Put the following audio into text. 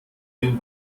den